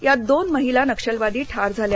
यात दोन महिला नक्षलवादी ठार झाल्या